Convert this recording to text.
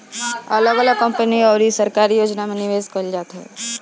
अगल अलग कंपनी अउरी सरकारी योजना में निवेश कईल जात हवे